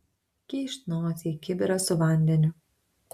kyšt nosį į kibirą su vandeniu